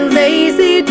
lazy